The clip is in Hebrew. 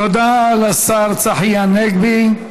תודה לשר צחי הנגבי.